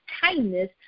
kindness